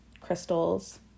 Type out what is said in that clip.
crystals